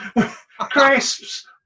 crisps